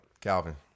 Calvin